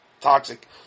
toxic